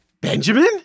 Benjamin